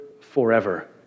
forever